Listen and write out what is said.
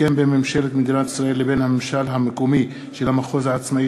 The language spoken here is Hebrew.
הסכם בין ממשלת מדינת ישראל לבין הממשל המקומי של המחוז העצמאי